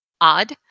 Odd